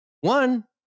One